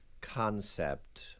concept